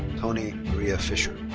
toni maria fischer.